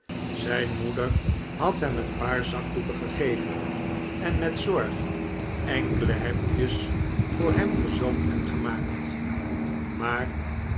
zijn moeder had hem een paar zakdoeken gegeven en met zorg enkele hemdjes voor hem gezoomd en gemaakt maar